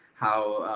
how,